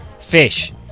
Fish